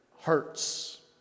hurts